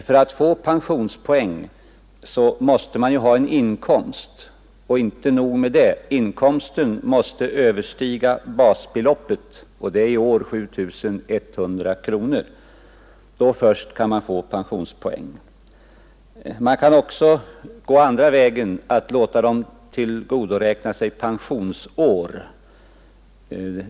För att få pensionspoäng måste man ha inkomst, och inte nog med det: inkomsten måste överstiga basbeloppet, 107 och det är i år 7 100 kronor — då först kan man få pensionspoäng. Man kan också gå den andra vägen och låta de hemmavarande kvinnorna tillgodoräkna sig pensionsår.